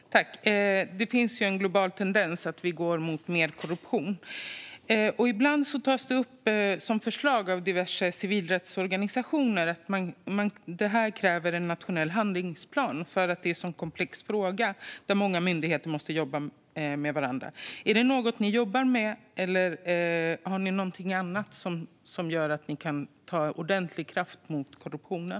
Fru talman! Det finns ju en global tendens att vi går mot mer korruption. Ibland tas det upp som förslag av diverse civilrättsorganisationer att detta kräver en nationell handlingsplan, eftersom det är en så komplex fråga där många myndigheter måste jobba med varandra. Är det något ni jobbar med, eller har ni någonting annat som gör att ni kan ta ordentliga krafttag mot korruptionen?